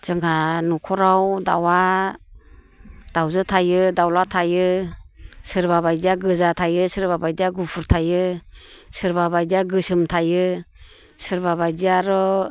जोंहा न'खराव दाउआ दाउजो थायो दावला थायो सोरबाबायदिया गोजा थायो सोरबाबायदिया गुफुर थायो सोरबाबायदिया गोसोम थायो सोरबाबायदिया आरो